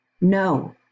No